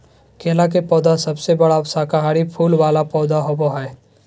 केला के पौधा सबसे बड़ा शाकाहारी फूल वाला पौधा होबा हइ